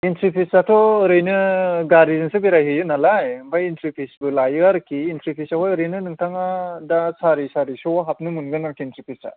entry फिसाथ' ओरैनो गारिजोंसो बेरायहैयो नालाय ओमफ्राय एन्ट्रि फिसबो लायो आरोखि एन्ट्रि फिसावहाय ओरैनो नोंथाङा दा सारि सारिस' हाबनो मोनगोन आरोखि एन्ट्रि फिसआ